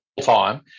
time